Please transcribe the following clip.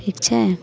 ठीक छै